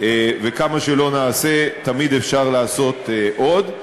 וכמה שלא נעשה תמיד אפשר לעשות עוד,